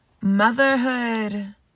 Motherhood